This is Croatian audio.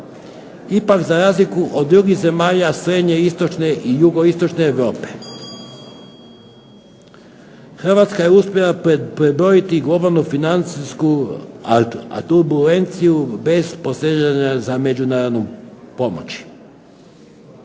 Ipak za razliku od drugih zemalja srednje istočne i jugoistočne Europe, Hrvatska je uspjela prebroditi početnu financijsku turbulenciju bez posezanja za međunarodnom pomoći.